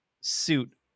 suit